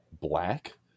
Black